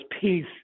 peace